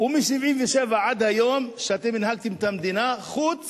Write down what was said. ומ-1977 עד היום, כשאתם הנהגתם את המדינה, חוץ